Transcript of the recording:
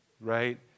Right